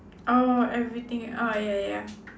orh everything ah ya ya